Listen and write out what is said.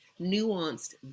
nuanced